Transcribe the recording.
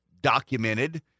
documented